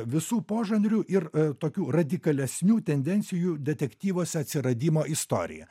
visų požanrių ir tokių radikalesnių tendencijų detektyvuose atsiradimo istoriją